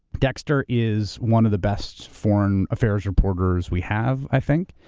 dexter is one of the best foreign affairs reporters we have, i think.